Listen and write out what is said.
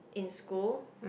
in school